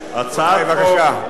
בבקשה.